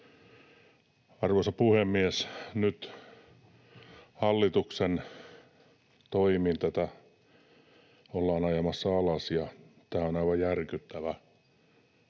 Arvoisa puhemies! Nyt hallituksen toimin tätä ollaan ajamassa alas, ja tämä on aivan järkyttävä